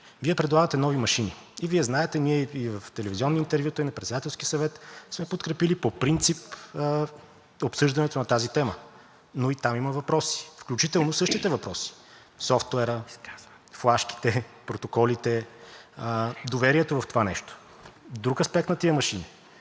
Вие предлагате нови машини. Вие знаете, ние и в телевизионни интервюта, на Председателски съвет сме подкрепили по принцип обсъждането на тази тема, но и там има въпроси – включително същите въпроси със софтуера, флашките, протоколите, доверието в това нещо и друг аспект на тези машини.